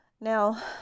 Now